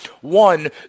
one